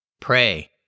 Pray